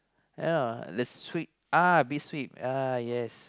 yeah so the sweet uh a bit sweet uh yes